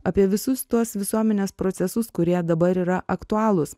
apie visus tuos visuomenės procesus kurie dabar yra aktualūs